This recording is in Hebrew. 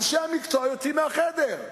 אנשי המקצוע יוצאים מהחדר,